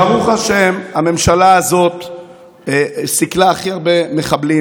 ברוך השם, הממשלה הזאת סיכלה הכי הרבה מחבלים.